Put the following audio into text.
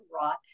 rot